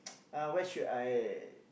uh where should I